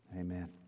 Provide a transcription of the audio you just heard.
Amen